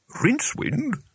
Rincewind